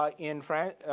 ah in francie's